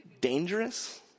dangerous